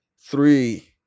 three